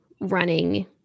running